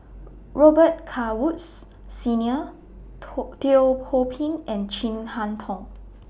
Robet Carr Woods Senior Teo Ho Pin and Chin Harn Tong